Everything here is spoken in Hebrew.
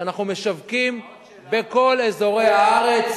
שאנחנו משווקים בכל אזורי הארץ.